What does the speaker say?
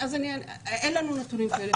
אין לנו נתונים כאלה.